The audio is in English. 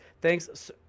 thanks